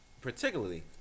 particularly